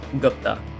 Gupta